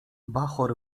bachor